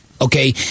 Okay